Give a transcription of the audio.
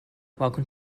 welcome